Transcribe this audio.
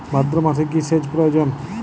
ভাদ্রমাসে কি সেচ প্রয়োজন?